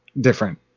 different